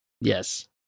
Yes